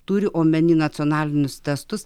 turi omeny nacionalinius testus